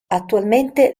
attualmente